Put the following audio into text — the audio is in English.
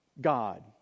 God